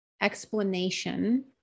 explanation